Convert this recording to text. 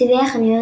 צבעי החנויות,